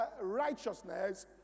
righteousness